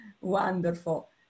Wonderful